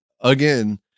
again